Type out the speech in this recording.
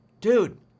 Dude